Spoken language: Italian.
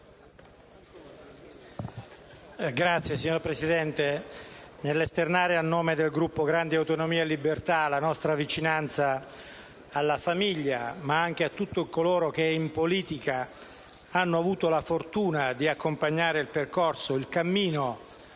IdV))*. Signor Presidente, nell'esternare a nome del Gruppo Grandi Autonomie e Libertà la vicinanza alla famiglia, ma anche a tutti coloro che in politica hanno avuto la fortuna di accompagnare il percorso ed il cammino